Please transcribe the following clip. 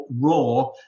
raw